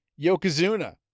Yokozuna